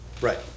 Right